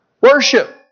Worship